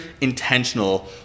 intentional